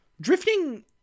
Drifting